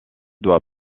doit